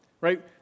right